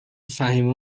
فهیمه